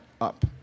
up